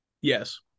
yes